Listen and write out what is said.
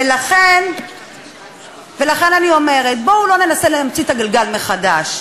ולכן אני אומרת: בואו לא ננסה להמציא את הגלגל מחדש.